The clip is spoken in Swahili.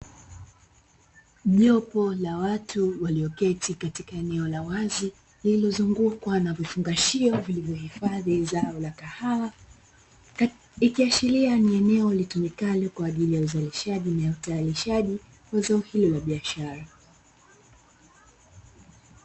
Jopo la watu walioketi katika eneo la wazi lililozungukwa na vifungashio vilivyohifadhi zao la kahawa, ikiashiria ni eneo litumikalo kwa ajili ya uzalishaji na utayarishaji wa zao hilo la biashara.